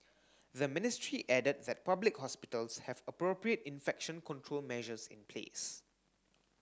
the ministry added that public hospitals have appropriate infection control measures in place